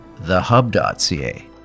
thehub.ca